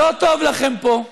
את, לא טוב לכם פה,